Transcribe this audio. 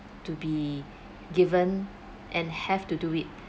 to be given and have to do it